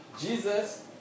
Jesus